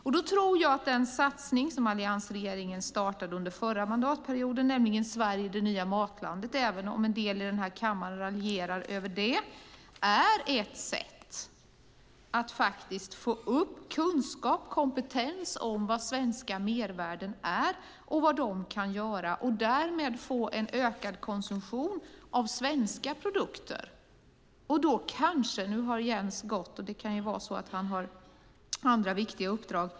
Jag tror att den satsning som alliansregeringen startade under den förra mandatperioden, nämligen "Sverige - det nya matlandet", även om en del i den här kammaren raljerar över det, är ett sätt att få upp kompetens och kunskap om vad svenska mervärden är och vad de kan göra. Därmed kan man få en ökad konsumtion av svenska produkter. Nu har Jens gått, och det kan ju vara så att han har andra viktiga uppdrag.